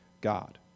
God